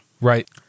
right